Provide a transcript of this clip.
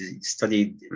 studied